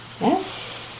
Yes